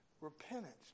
repentance